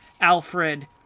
Alfred